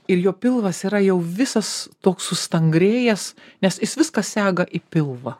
ir jo pilvas yra jau visas toks sustangrėjęs nes jis viską sega į pilvą